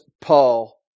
Paul